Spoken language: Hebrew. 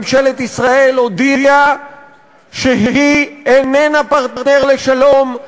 ממשלת ישראל הודיעה שהיא איננה פרטנר לשלום,